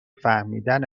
فهمیدن